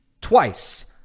twice